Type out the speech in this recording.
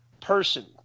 person